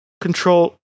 control